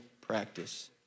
practice